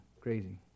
crazy